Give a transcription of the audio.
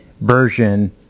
version